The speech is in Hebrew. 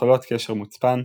יכולות קשר מוצפן,